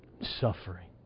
suffering